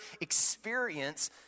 experience